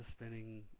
spinning